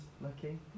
Lucky